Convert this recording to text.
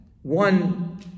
One